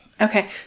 Okay